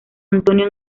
antonio